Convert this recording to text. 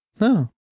No